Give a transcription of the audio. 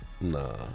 Nah